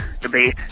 debate